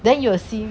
then you will see